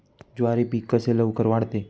ज्वारी पीक कसे लवकर वाढते?